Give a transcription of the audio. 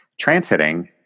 transiting